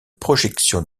projection